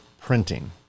printing